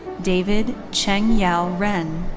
david cheng-yao ren.